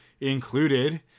included